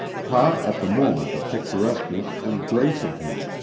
caught at the moment the picturesqueness and grace of him,